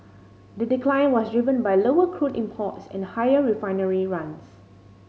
the decline was driven by lower crude imports and higher refinery runs